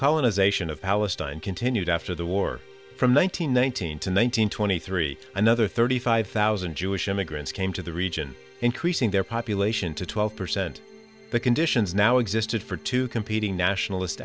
colonization of palestine continued after the war from one thousand nine hundred to one nine hundred twenty three another thirty five thousand jewish immigrants came to the region increasing their population to twelve percent the conditions now existed for two competing nationalist